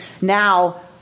now